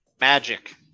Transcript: magic